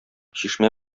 чишмә